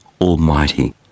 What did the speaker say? Almighty